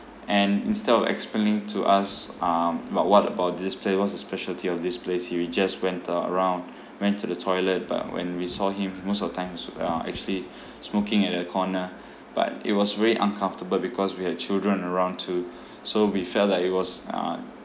and instead of explaining to us um about what about this place what's the specialty of this place he will just went uh around went to the toilet but when we saw him most of the times yeah actually smoking at a corner but it was very uncomfortable because we have children around two so we felt that it was uh